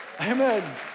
Amen